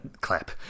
clap